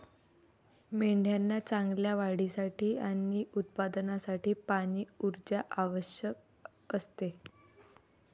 मेंढ्यांना चांगल्या वाढीसाठी आणि उत्पादनासाठी पाणी, ऊर्जा आवश्यक असते